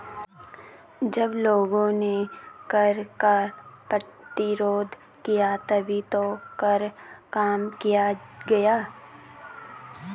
जब लोगों ने कर का प्रतिरोध किया तभी तो कर कम किया गया